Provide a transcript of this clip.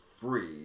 free